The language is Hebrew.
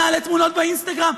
נעלה תמונות באינסטגרם,